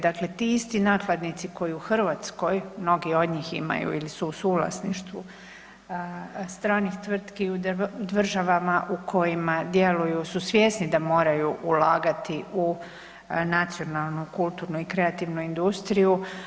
Dakle ti isti nakladnici koji u Hrvatskoj mnogi od njih imaju ili su u suvlasništvu stranih tvrtki u državama u kojima djeluju su svjesni da moraju ulagati u nacionalnu kulturnu i kreativnu industriju.